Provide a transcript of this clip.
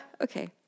Okay